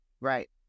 Right